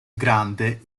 grande